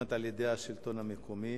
שמתוכננת בשלטון המקומי.